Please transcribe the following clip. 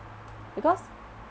because